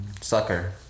Sucker